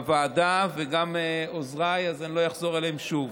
בוועדה וגם עוזריי, אז אני לא אחזור עליהם שוב.